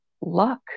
luck